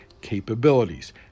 capabilities